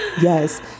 Yes